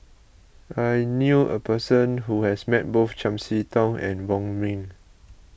I knew a person who has met both Chiam See Tong and Wong Ming